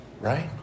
right